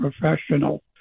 professional